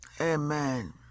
Amen